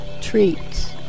treats